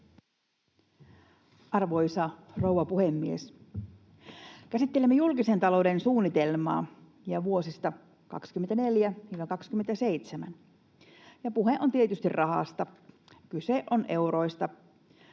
Arvoisa rouva puhemies! Käsittelemme julkisen talouden suunnitelmaa ja vuosia 24—27, ja puhe on tietysti rahasta, kyse on euroista.